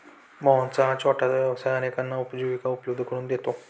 मोहनचा हा छोटासा व्यवसाय अनेकांना उपजीविका उपलब्ध करून देतो